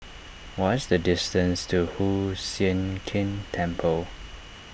what's the distance to Hoon Sian Keng Temple